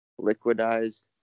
liquidized